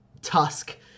Tusk